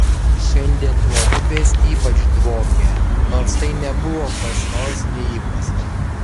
šiandien nuo upės ypač dvokė nors tai nebuvo kas nors neįprasto